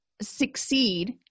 succeed